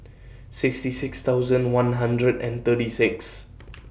sixty six thousand one hundred and thirty six